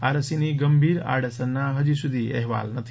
આ રસીની ગંભીર આડઅસરના હજી સુધી અહેવાલ નથી